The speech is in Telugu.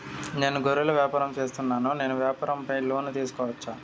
నేను గొర్రెలు వ్యాపారం సేస్తున్నాను, నేను వ్యాపారం పైన లోను తీసుకోవచ్చా?